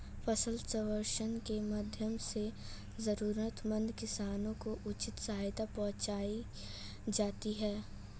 फसल सर्वेक्षण के माध्यम से जरूरतमंद किसानों को उचित सहायता पहुंचायी जाती है